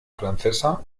francesa